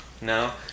No